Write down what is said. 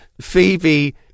Phoebe